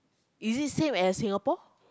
is it same as Singapore